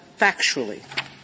factually